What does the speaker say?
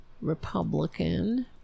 Republican